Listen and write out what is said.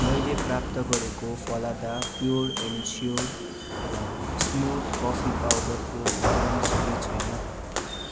मैले प्राप्त गरेको फलदा pure and sure smooth coffee पाउडरको ब्रान्ड सही छैन